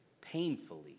painfully